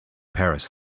paris